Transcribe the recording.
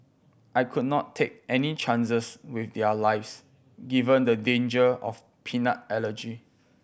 I could not take any chances with their lives given the danger of peanut allergy